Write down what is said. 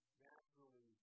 naturally